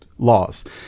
laws